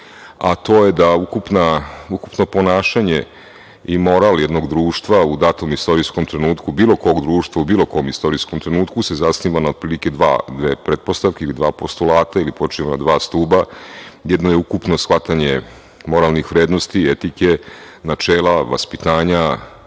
a to je da ukupno ponašanje i moral jednog društva u datom istorijskom trenutku, bilo kog društva, u bilo kom istorijskom trenutku, se zasniva na otprilike dve pretpostavke ili dva postulata ili počiva na dva stuba. Jedno je ukupno shvatanje moralnih vrednosti, etike, načela vaspitanja,